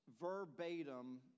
verbatim